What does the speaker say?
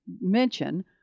mention